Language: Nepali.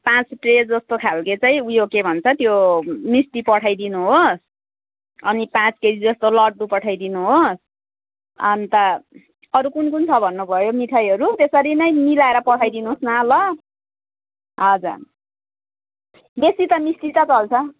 पाँच ट्रे जस्तो खाल्के चाहिँ उयो के भन्छ त्यो मिस्टी पठाइदिनु हो अनि पाँच केजी जस्तो लड्डु पठाइदिनु हो अन्त अरू कुन कुन छ भन्नु भयो मिठाईहरू त्यसरी नै मिलाएर पठाइदिनुहोस् न ल हजर बेसी त मिस्टी त चल्छ